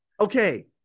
Okay